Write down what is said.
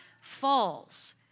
falls—